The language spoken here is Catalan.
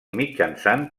mitjançant